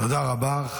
תודה רבה.